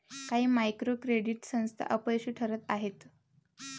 काही micro credit संस्था अपयशी ठरत आहेत